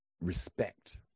respect